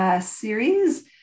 series